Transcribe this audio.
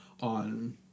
on